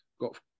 got